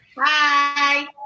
Hi